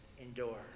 Endure